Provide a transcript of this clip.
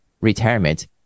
retirement